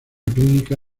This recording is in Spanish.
clínica